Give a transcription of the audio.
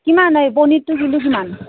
কিমান এই পনীৰটো কিলো কিমান